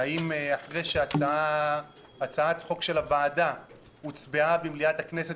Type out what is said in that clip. האם אחרי שהצעת החוק של הוועדה הוצבעה במליאת הכנסת